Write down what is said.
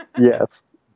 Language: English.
Yes